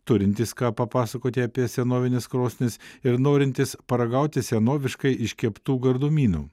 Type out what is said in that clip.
turintys ką papasakoti apie senovines krosnis ir norintys paragauti senoviškai iškeptų gardumynų